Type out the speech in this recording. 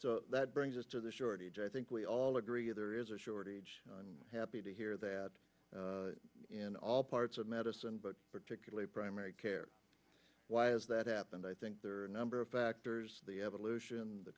so that brings us to the shortage i think we all agree there is a shortage and happy to hear that in all parts of medicine but particularly primary care why is that happened i think there are a number of factors the evolution the